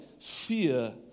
fear